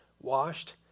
washed